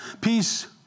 Peace